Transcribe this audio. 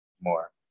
more